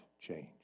change